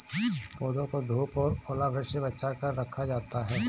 पौधों को धूप और ओलावृष्टि से बचा कर रखा जाता है